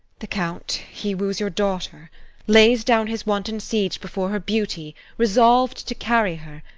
the count he woos your daughter lays down his wanton siege before her beauty, resolv'd to carry her.